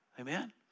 Amen